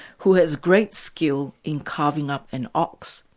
who has great skill in carving up an ox,